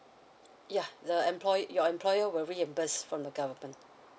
ya the employ your employer will reimburse from the government